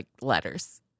letters